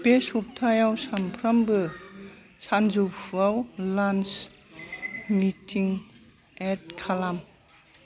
बे सप्तायाव सानफ्रामबो सानजौफुआव लान्स मिटिं एद खालाम